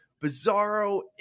bizarro